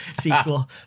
sequel